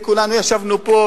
וכולנו ישבנו פה,